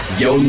yo